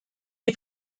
est